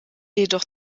jedoch